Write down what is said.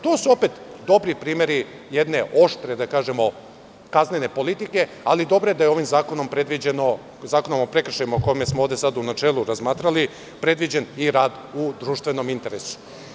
To su opet dobri primeri jedne oštre, da kažemo, kaznene politike, ali dobro je da je ovim Zakonom o prekršajima, o kojem smo ovde u načelu raspravljali, predviđen i rad u društvenom interesu.